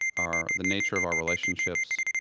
our the nature of our relationships,